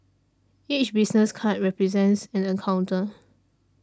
each business card represents an encounter